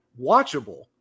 watchable